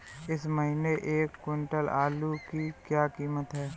इस महीने एक क्विंटल आलू की क्या कीमत है?